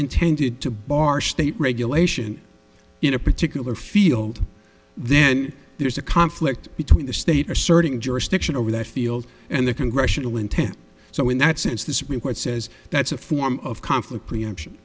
intended to bar state regulation in a particular field then there's a conflict between the state asserting jurisdiction over that field and the congressional intent so in that sense the supreme court says that's a form of conflict preemption